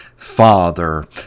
father